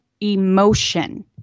emotion